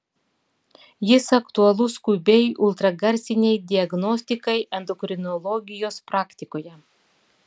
jis aktualus skubiai ultragarsinei diagnostikai endokrinologijos praktikoje